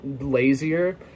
lazier